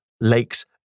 lakes